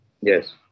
Yes